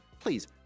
please